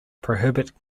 prohibit